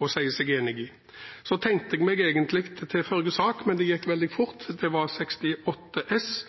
seg enig i. Jeg tegnet meg egentlig til sak nr. 2, men det gikk så fort. Det gjelder Innst. 68 S.